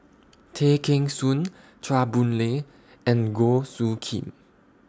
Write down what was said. Tay Kheng Soon Chua Boon Lay and Goh Soo Khim